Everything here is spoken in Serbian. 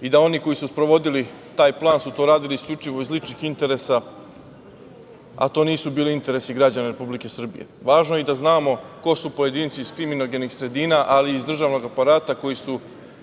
i da oni koji su sprovodili taj plan su to radili isključivo iz ličnih interesa, a to nisu bili interesi građana Republike Srbije. Važno je i da znamo ko su pojedinci iz kriminogenih sredina, ali i iz državnog aparata koji su